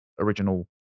original